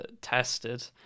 tested